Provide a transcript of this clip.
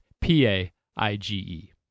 P-A-I-G-E